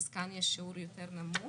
אז כאן יש שיעור יותר נמוך,